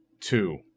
two